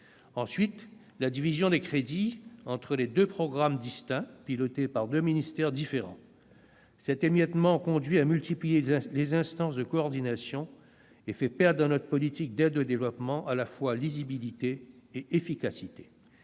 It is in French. ensuite, la division des crédits entre deux programmes distincts, pilotés par deux ministères différents. Cet émiettement conduit à multiplier les instances de coordination. Il fait perdre à notre politique d'aide au développement à la fois lisibilité et efficacité.